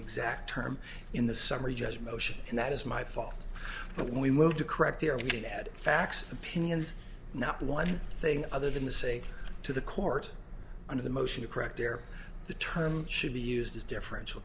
exact term in the summary judge motion and that is my fault but when we moved to correct there we did add facts opinions not one thing other than the say to the court under the motion to correct error the term should be used as differential